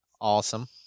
Awesome